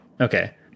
Okay